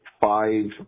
five